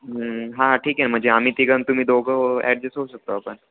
हां ठीक आहे म्हणजे आम्ही तिघं आणि तुम्ही दोघं ॲडजस्ट होऊ शकतो आपण